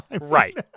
right